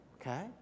Okay